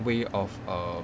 way of err